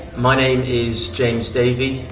my name is james davey,